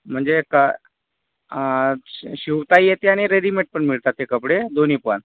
म्हणजे का अच्छा शिवताही येते आणि रेडीमेड पण ही मिळतात कपडे दोन्ही पण